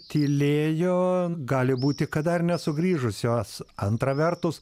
tylėjo gali būti kad dar nesugrįžusios antra vertus